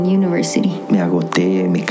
university